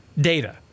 data